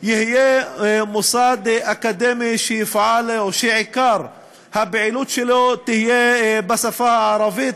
יהיה מוסד אקדמי שעיקר הפעילות שלו תהיה בשפה הערבית,